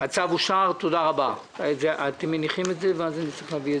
הצבעה בעד רוב נגד נמנעים צו תעריף המכס